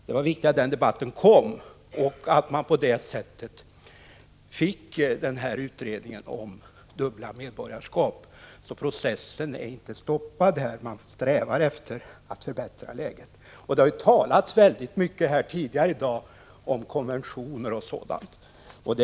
Det var viktigt att denna debatt uppstod och att utredningen om dubbla medborgarskap kom till stånd. Processen är således inte stoppad — man strävar efter att förbättra läget. Det har talats mycket tidigare i dag om konventioner m.m.